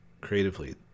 creatively